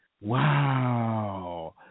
Wow